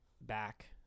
back